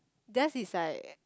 theirs is like